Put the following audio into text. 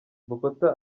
bokota